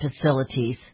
facilities